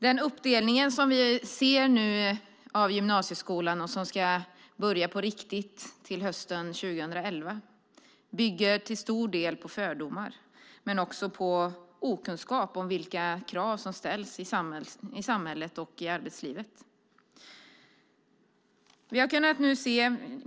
Den uppdelning av gymnasieskolan som vi nu ser och som ska börja på riktigt till hösten 2011 bygger till stor del på fördomar men också på okunskap om vilka krav som ställs i samhället och arbetslivet.